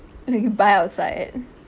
you bite outside it